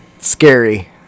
Scary